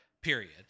Period